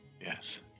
Yes